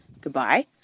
goodbye